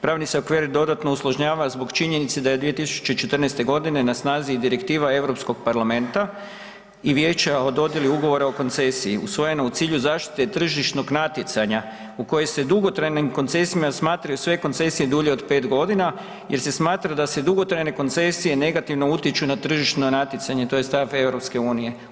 Pravni se okvir dodatno usložnjava zbog činjenice da je od 2014.g. na snazi i direktiva Europskog parlamenta i Vijeća o dodijeli Ugovora o koncesiji usvojena u cilju zaštite tržišnog natjecanja u kojoj se dugotrajnim koncesijama smatraju sve koncesije dulje od 5.g. jer se smatra da se dugotrajne koncesije negativno utječu na tržišno natjecanje, to je stav EU.